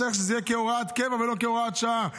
צריך שזה יהיה כהוראת קבע ולא כהוראת שעה,